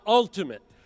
ultimate